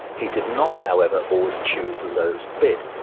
he did not however, always choose the lowest bid,